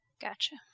Gotcha